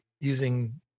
using